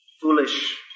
foolish